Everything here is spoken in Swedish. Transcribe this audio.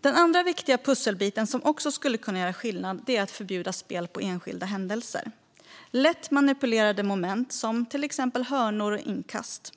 Den andra viktiga pusselbiten som skulle kunna göra skillnad är att förbjuda spel på enskilda händelser, lätt manipulerade moment som hörnor och inkast.